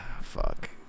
Fuck